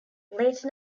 late